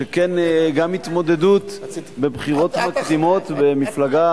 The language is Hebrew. שכן גם התמודדות בבחירות מקדימות במפלגה